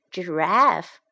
Giraffe